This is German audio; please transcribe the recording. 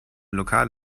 lokal